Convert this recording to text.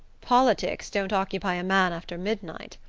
politics don't occupy a man after midnight.